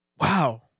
wow